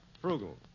Frugal